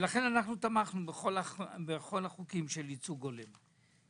לכן, אנחנו תמכנו בכל החוקים של ייצוג הולם.